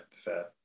fair